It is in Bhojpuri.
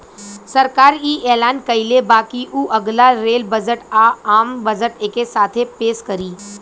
सरकार इ ऐलान कइले बा की उ अगला रेल बजट आ, आम बजट एके साथे पेस करी